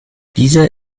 dieser